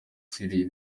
city